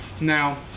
Now